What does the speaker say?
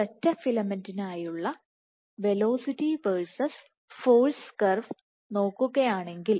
ഒരൊറ്റ ഫിലമെന്റിനായുള്ള velocity versus force curve നോക്കുകയാണെങ്കിൽ